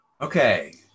Okay